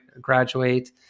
graduate